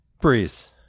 Breeze